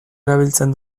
erabiltzen